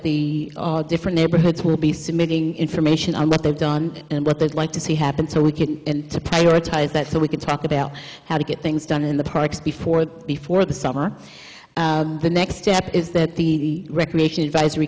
the different neighborhoods will be submitting information on what they've done and what they'd like to see happen so we can to prioritize that so we can talk about how to get things done in the parks before before the summer the next step is that the recreation advisory